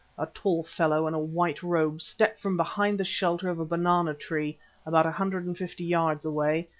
a tall fellow in a white robe, step from behind the shelter of a banana-tree about a hundred and fifty yards away,